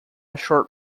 short